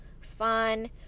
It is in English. fun